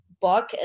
book